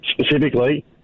specifically